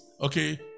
okay